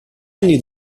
anni